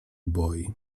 boi